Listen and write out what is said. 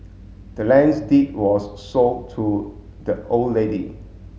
the land's deed was sold to the old lady